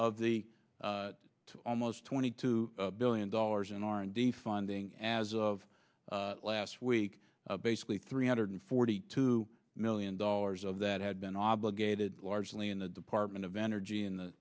of the almost twenty two billion dollars in r and d funding as of last week basically three hundred forty two million dollars of that had been obligated largely in the department of energy in the